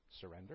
surrender